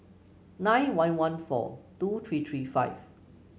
nine one one four two three three five